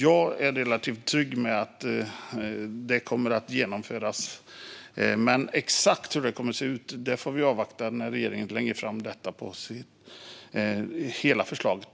Jag är relativt trygg med att det kommer att genomföras, men exakt hur det kommer att se ut får vi avvakta med tills regeringen lägger fram hela förslaget.